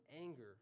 anger